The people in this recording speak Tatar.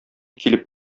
килеп